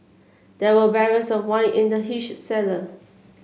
there were barrels of wine in the huge cellar